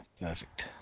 Perfect